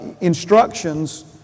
instructions